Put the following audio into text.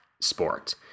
sport